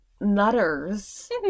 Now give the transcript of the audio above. nutters